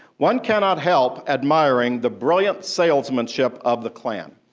one cannot help admiring the brilliant salesmanship of the klan.